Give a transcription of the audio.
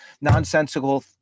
nonsensical